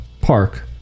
park